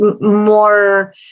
more